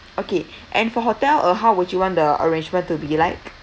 okay and for hotel uh how would you want the arrangement to be like